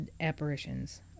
apparitions